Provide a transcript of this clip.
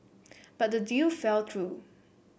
but the deal fell through